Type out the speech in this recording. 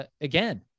again